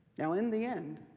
now, in the end,